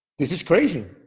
this is crazy.